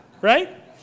Right